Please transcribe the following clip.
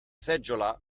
seggiola